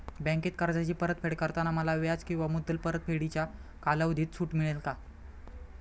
बँकेत कर्जाची परतफेड करताना मला व्याज किंवा मुद्दल परतफेडीच्या कालावधीत सूट मिळेल का?